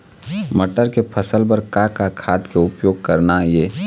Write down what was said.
मटर के फसल बर का का खाद के उपयोग करना ये?